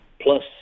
plus